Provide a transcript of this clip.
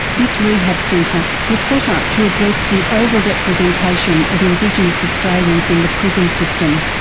this rehab centre was set up to address the over-representation of indigenous australians in the prison system,